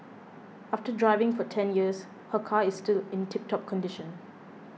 after driving for ten years her car is still in tip top condition